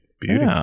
Beauty